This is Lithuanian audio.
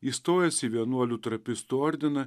įstojęs į vienuolių trapistų ordiną